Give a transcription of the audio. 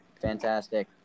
Fantastic